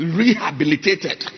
rehabilitated